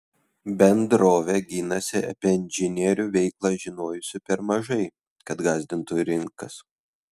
bendrovė ginasi apie inžinierių veiklą žinojusi per mažai kad gąsdintų rinkas